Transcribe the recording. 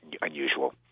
unusual